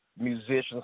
musicians